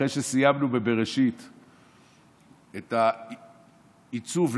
אחרי שסיימנו בבראשית את העיצוב,